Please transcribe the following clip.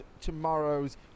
tomorrow's